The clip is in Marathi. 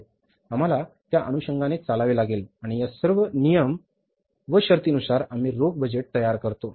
आम्हाला त्या अनुषंगाने चालावे लागेल आणि या सर्व नियम व शर्तींनुसार आम्ही रोख बजेट तयार करतो